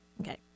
okay